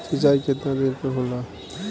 सिंचाई केतना दिन पर होला?